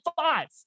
five